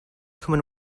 common